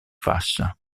fascia